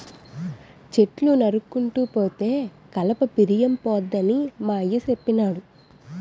చెట్లు నరుక్కుంటూ పోతే కలప పిరియంపోద్దని మా అయ్య సెప్పినాడు